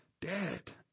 dead